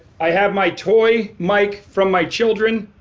i have my toy mic from my children.